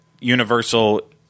Universal